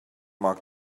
mark